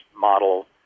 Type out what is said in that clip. model